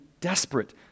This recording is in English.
desperate